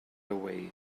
away